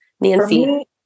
Nancy